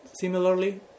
Similarly